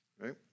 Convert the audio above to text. Right